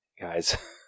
guys